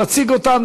תציג אותן,